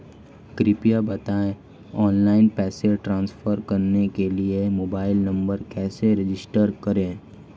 कृपया बताएं ऑनलाइन पैसे ट्रांसफर करने के लिए मोबाइल नंबर कैसे रजिस्टर करें?